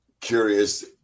curious